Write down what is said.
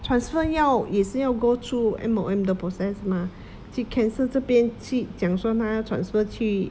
transfer 要也是要 go through M_O_M 的 process mah 去 cancel 这边去讲说他要 transfer 去